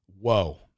Whoa